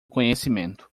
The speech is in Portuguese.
conhecimento